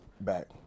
back